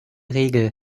regel